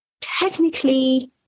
technically